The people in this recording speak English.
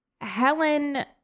Helen